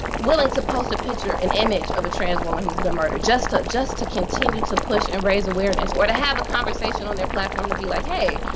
willing to post a picture, an image, of a trans woman who's been murdered. just to just to continue to push and raise awareness, or to have a conversation on their platform, to be like hey.